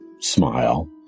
smile